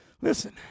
Listen